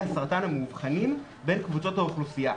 הסרטן המאובחנים בין קבוצות האוכלוסייה.